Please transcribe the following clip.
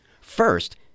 First